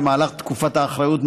במהלך תקופת האחריות,